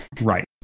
Right